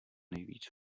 nejvíc